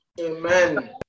Amen